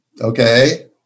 Okay